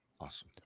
Awesome